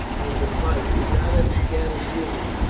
and to fight, not as scattered units,